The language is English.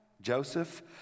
Joseph